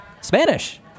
Spanish